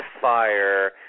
fire